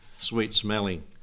sweet-smelling